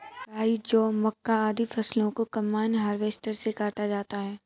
राई, जौ, मक्का, आदि फसलों को कम्बाइन हार्वेसटर से काटा जाता है